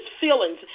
feelings